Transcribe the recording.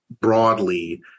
broadly